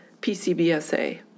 PCBSA